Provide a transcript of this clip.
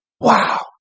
Wow